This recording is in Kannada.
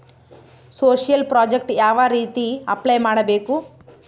ಸೋಶಿಯಲ್ ಪ್ರಾಜೆಕ್ಟ್ ಯಾವ ರೇತಿ ಅಪ್ಲೈ ಮಾಡಬೇಕು?